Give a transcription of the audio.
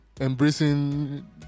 embracing